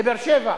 בבאר-שבע.